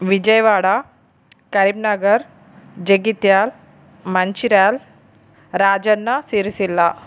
Vijayawada Karimnagar Jagtial Mancherial Rajanna Sircilla